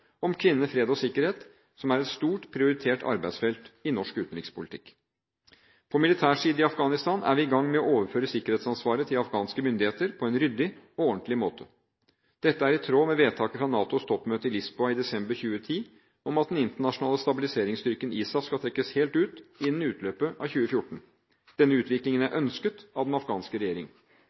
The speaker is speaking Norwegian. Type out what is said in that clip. om kvinner, fred og sikkerhet, som er et stort, prioritert arbeidsfelt i norsk utenrikspolitikk. På militær side i Afghanistan er vi i gang med å overføre sikkerhetsansvaret til afghanske myndigheter på en ryddig og ordentlig måte. Dette er i tråd med vedtaket fra NATOs toppmøte i Lisboa i desember 2010 om at den internasjonale stabiliseringsstyrken, ISAF, skal trekkes helt ut innen utløpet av 2014. Denne utviklingen er ønsket av den afghanske regjering.